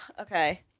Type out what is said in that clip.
okay